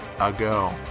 ago